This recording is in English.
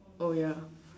oh ya